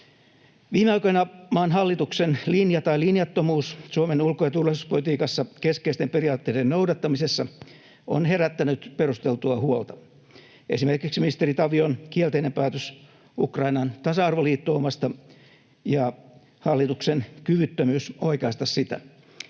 Viime aikoina maan hallituksen linja — tai linjattomuus — Suomen ulko- ja turvallisuuspolitiikassa keskeisten periaatteiden noudattamisessa on herättänyt perusteltua huolta — esimerkiksi ministeri Tavion kielteinen päätös Ukrainan tasa-arvoliittoumasta ja hallituksen kyvyttömyys oikaista sitä.